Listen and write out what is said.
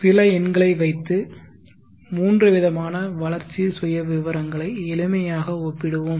சில எண்களை வைத்து மூன்று விதமான வளர்ச்சி சுயவிவரங்களை எளிமையாக ஒப்பிடுவோம்